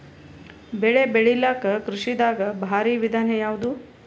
ಬೆಳೆ ಬೆಳಿಲಾಕ ಕೃಷಿ ದಾಗ ಭಾರಿ ವಿಧಾನ ಯಾವುದು?